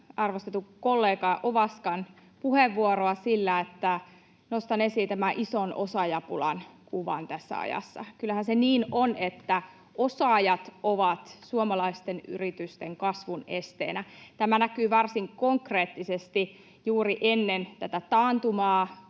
arvostetun kollega Ovaskan puheenvuoroa sillä, että nostan esiin tämän ison osaajapulan kuvan tässä ajassa. Kyllähän se niin on, että osaajat ovat suomalaisten yritysten kasvun esteenä. Tämä näkyi varsin konkreettisesti juuri ennen tätä taantumaa,